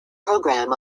program